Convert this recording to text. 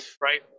right